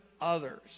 others